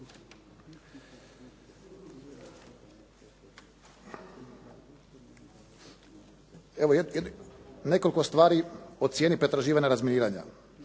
Hvala vam